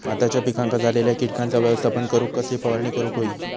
भाताच्या पिकांक झालेल्या किटकांचा व्यवस्थापन करूक कसली फवारणी करूक होई?